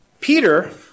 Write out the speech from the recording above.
Peter